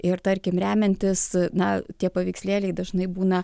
ir tarkim remiantis na tie paveikslėliai dažnai būna